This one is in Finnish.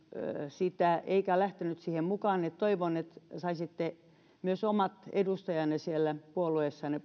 sitä eikä lähtenyt siihen mukaan toivon että saisitte myös omat edustajanne siellä puolueessanne